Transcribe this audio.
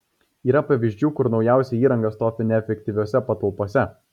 yra pavyzdžių kur naujausia įranga stovi neefektyviose patalpose